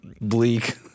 Bleak